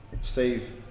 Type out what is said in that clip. Steve